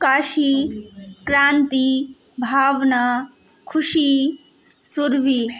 Kashi Kranti Bhavna Khushi Surabhi